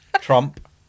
Trump